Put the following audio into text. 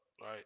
right